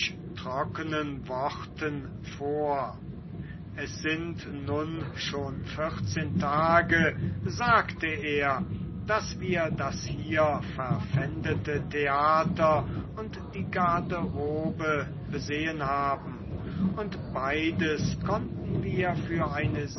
trocknen worten vor es sind nun schon vierzehn tage sagte er daß wir das hier verpfändete theater und die garderobe besehen haben und beides konnten wir für eine